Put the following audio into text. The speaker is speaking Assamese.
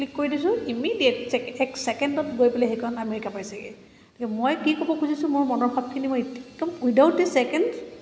ক্লিক কৰি দিছোঁ ইমিডিয়েট এক ছেকেণ্ডত গৈ সেইখন আমেৰিকা পাইছেগে গতিকে মই কি ক'ব খুজিছো মোৰ মনৰ ভাৱখিনি মই একদম উইডাউট এ ছেকেণ্ড